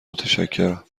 متشکرم